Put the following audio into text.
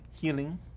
healing